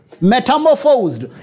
metamorphosed